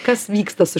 kas vyksta su